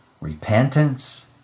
repentance